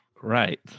Right